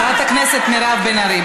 חברת הכנסת מירב בן ארי,